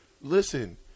listen